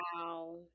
Wow